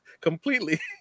completely